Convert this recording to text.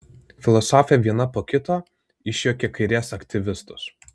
filosofė vieną po kito išjuokė kairės aktyvistus